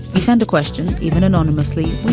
you send a question even anonymously.